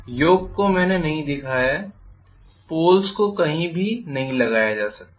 योक को मैंने नहीं दिखाया है पोल्स को कही भी नहीं लगाया जा सकता है